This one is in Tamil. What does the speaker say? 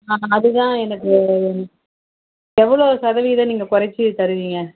ஆமாம் அது தான் எனக்கு எவ்வளோ சதவீதம் நீங்கள் குறச்சி தருவீங்க